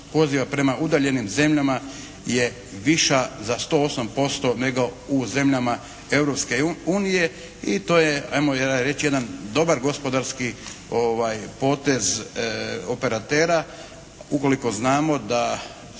prema udaljenim zemljama je viša za 108% nego u zemljama Europske unije i to je hajmo reći jedan dobar gospodarski potez operatera ukoliko znamo da